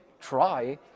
try